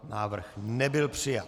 Návrh nebyl přijat.